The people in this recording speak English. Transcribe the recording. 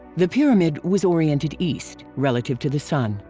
the pyramid was oriented east, relative to the sun,